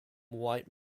white